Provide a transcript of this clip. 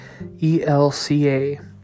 ELCA